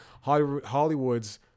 Hollywood's